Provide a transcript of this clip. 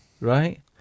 Right